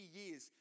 years